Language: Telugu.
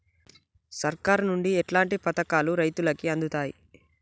సర్కారు నుండి ఎట్లాంటి పథకాలు రైతులకి అందుతయ్?